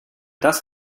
das